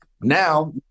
Now